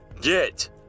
Get